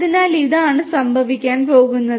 അതിനാൽ ഇതാണ് സംഭവിക്കാൻ പോകുന്നത്